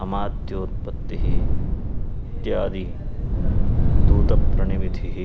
अमात्योत्पत्तिः इत्यादि दूतप्रणिधिः